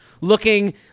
looking